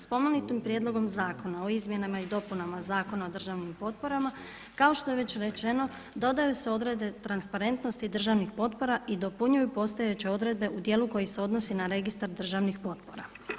Spomenutim Prijedlogom zakona o izmjenama i dopunama Zakona o državnim potporama kao što je već rečeno dodaju se odredbe transparentnosti državnih potpora i dopunjuju postojeće odredbe u dijelu koji se odnosi na registar državnih potpora.